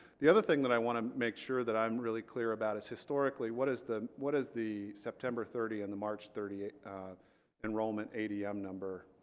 the other thing that i want to make sure that i'm really clear about is historically what is the what is the september thirty and the march thirty enrollment adm um number?